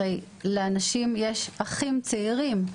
הרי לאנשים יש אחים צעירים,